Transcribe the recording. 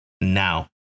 now